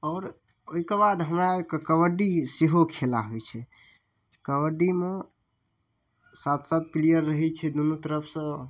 आओर ओइके बाद हमरा अरके कबड्डी सेहो खेला होइ छै कबड्डीमे सात सात प्लेयर रहै छै दुनू तरफसँ